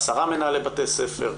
האם פנו 10 מנהלי בתי ספר,